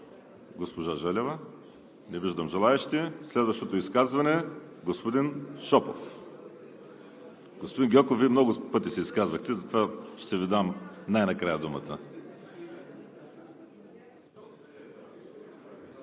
госпожа Желева? Не виждам желаещи. Следващото изказване е на господин Шопов. Господин Гьоков, Вие много пъти се изказвахте, затова ще Ви дам най-накрая думата.